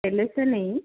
पहले से नहीं